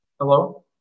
Hello